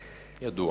ידוע.